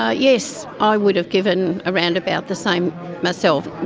ah yes, i would have given around about the same myself,